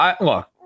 Look